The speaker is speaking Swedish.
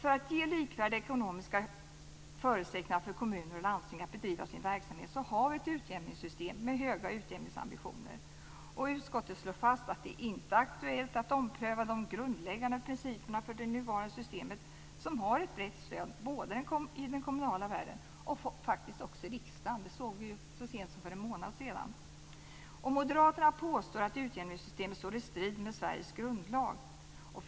För att ge likvärdiga ekonomiska förutsättningar för kommuner och landsting att bedriva sin verksamhet har vi ett utjämningssystem med höga utjämningsambitioner. Utskottet slår fast att det inte är aktuellt att ompröva de grundläggande principerna för det nuvarande systemet, som har ett brett stöd både i den kommunala världen och i riksdagen. Det såg vi så sent som för en månad sedan. Moderaterna påstår att utjämningssystemet står i strid med Sveriges grundlag.